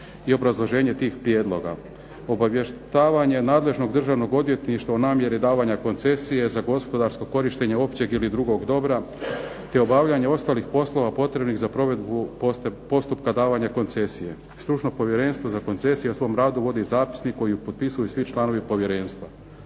i obrazloženje tih prijedloga, obavještavanje nadležnog državnog odvjetništva o namjeri davanja koncesije za gospodarsko korištenje općeg ili drugog dobra, te obavljanje ostalih poslova potrebnih za provedbu postupka davanja koncesije. Stručno povjerenstvo za koncesije o svom radu vodi zapisnik koji potpisuju svi članovi povjerenstva.